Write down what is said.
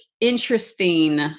interesting